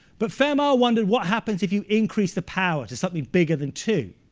but fermat wondered what happens if you increase the power to something bigger than two.